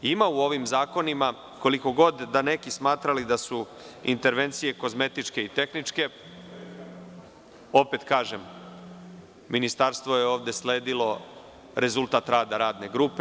Ima u ovim zakonima, koliko god neki smatrali da su intervencije kozmetičke i tehničke, opet kažem, ministarstvo je ovde sledilo rezultat rada radne grupe.